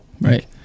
Right